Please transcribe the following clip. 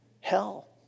Hell